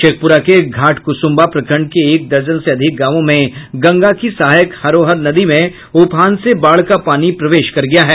शेखपुरा के घाटकुसुम्भा प्रखंड के एक दर्जन से अधिक गावों में गंगा की सहायक हरोहर नदी में उफान से बाढ़ का पानी प्रवेश कर गया है